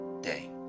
day